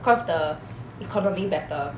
cause the economy better